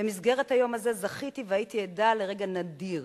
במסגרת היום הזה זכיתי, והייתי עדה לרגע נדיר: